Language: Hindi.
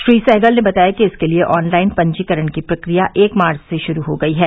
श्री सहगल ने बताया कि इसके लिए ऑनलाइन पंजीकरण की प्रक्रिया एक मार्च से शुरू हो गयी है